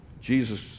Jesus